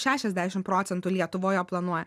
šešiasdešim procentų lietuvoje planuoja